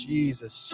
Jesus